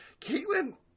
Caitlin